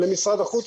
למשרד החוץ,